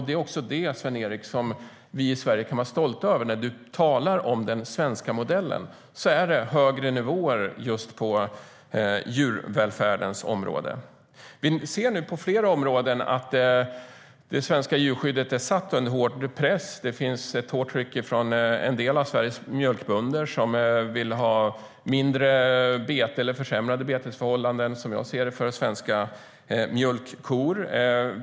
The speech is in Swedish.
Det är också det vi i Sverige kan vara stolta över, Sven-Erik. När du talar om den svenska modellen gäller det högre nivåer just på djurvälfärdens område. Vi ser på flera områden att det svenska djurskyddet är satt under hård press. Det finns ett hårt tryck från en del av Sveriges mjölkbönder, som vill ha - som jag ser det - försämrade betesförhållanden för svenska mjölkkor.